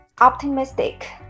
Optimistic